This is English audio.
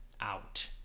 out